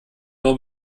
nur